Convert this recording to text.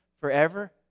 forever